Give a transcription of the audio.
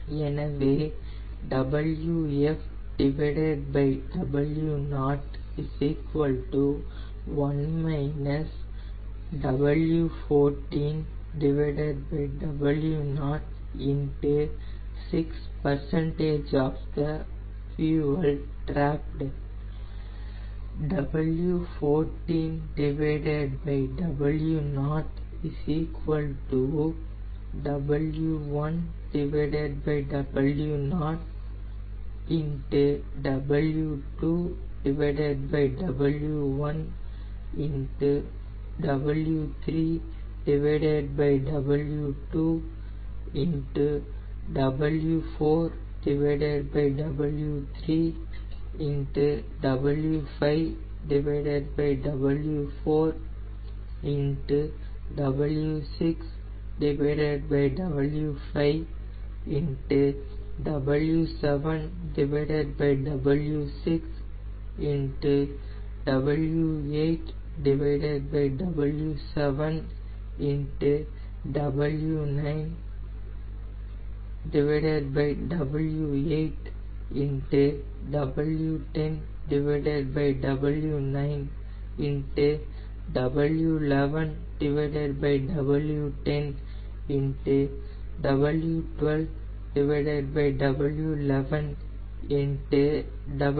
எனவே Wf W0 W14 எனவே 6 of fuel trapped W1W0 W2W1 W3W2 W4W3 W5W4 W6W5 W7W6 W8W7 W9W8 W10W9 W11W10 W12W11 W13W12 W14W13 0